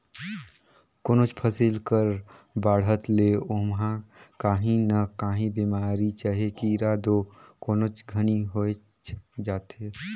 कोनोच फसिल कर बाढ़त ले ओमहा काही न काही बेमारी चहे कीरा दो कोनोच घनी होइच जाथे